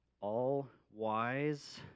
all-wise